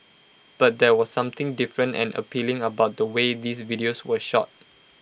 but there was something different and appealing about the way these videos were shot